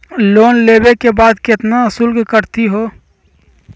Loan लेवे के बाद केतना शुल्क कटतही हो?